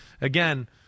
again